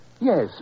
Yes